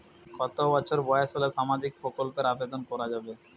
কত বছর বয়স হলে সামাজিক প্রকল্পর আবেদন করযাবে?